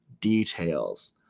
details